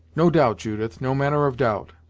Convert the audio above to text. no doubt, judith no manner of doubt,